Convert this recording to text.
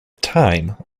time